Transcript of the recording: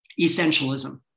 Essentialism